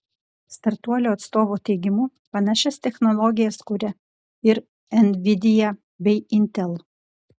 startuolio atstovų teigimu panašias technologijas kuria ir nvidia bei intel